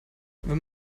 wenn